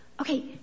okay